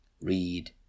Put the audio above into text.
read